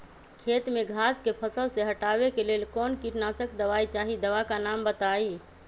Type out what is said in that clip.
खेत में घास के फसल से हटावे के लेल कौन किटनाशक दवाई चाहि दवा का नाम बताआई?